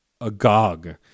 agog